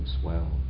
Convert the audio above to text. swell